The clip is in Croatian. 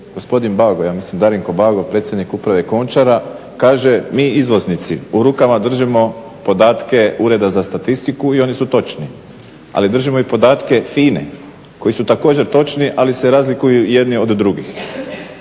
gospodin Bago ja mislim, Darinko Bago, predsjednik uprave Končara kaže mi izvoznici u rukama držimo podatke Ureda za statistiku i oni su točni. Ali držimo i podatke FINA-e koji su također točni, ali se razlikuju jedni od drugih.